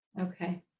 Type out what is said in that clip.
Okay